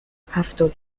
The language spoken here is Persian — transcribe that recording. هفتاد